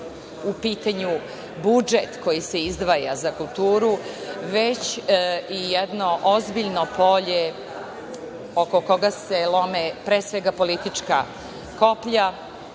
u pitanju budžet koji se izdvaja za kulturu, već i jedno ozbiljno polje oko koga se lome pre svega politička koplja,